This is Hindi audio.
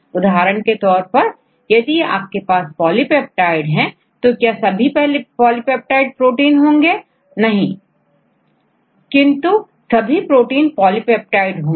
उदाहरण के तौर पर यदि आपके पास पॉलिपेप्टाइड है तो क्या सभी पॉलिपेप्टाइड प्रोटीन होंगे छात्र नहीं किंतु सभी प्रोटीन पॉलिपेप्टाइड होंगे